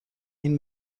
این